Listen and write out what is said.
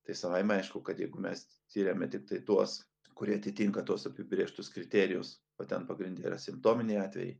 tai savaime aišku kad jeigu mes tyrėme tiktai tuos kurie atitinka tuos apibrėžtus kriterijus o ten pagrinde simptominiai atvejai